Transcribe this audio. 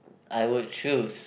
I would choose